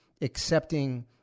accepting